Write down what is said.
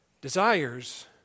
desires